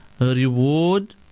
reward